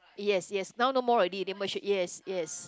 yes yes now no more already they merge it yes yes